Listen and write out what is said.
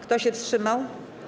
Kto się wstrzymał?